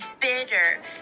bitter